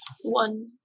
One